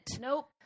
Nope